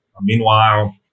Meanwhile